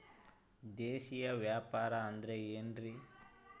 ದೇಶೇಯ ವ್ಯಾಪಾರ ಅಂದ್ರೆ ಏನ್ರಿ?